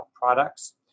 products